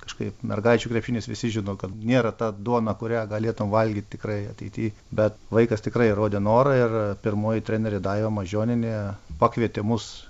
kažkaip mergaičių krepšinis visi žino kad nėra ta duona kurią galėtum valgyt tikrai ateity bet vaikas tikrai rodė norą ir pirmoji trenerė daiva mažionienė pakvietė mus